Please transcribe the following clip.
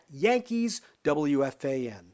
YankeesWFAN